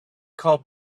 call